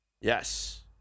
Yes